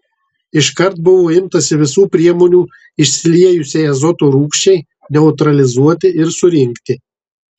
iškart buvo imtasi visų priemonių išsiliejusiai azoto rūgščiai neutralizuoti ir surinkti